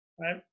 right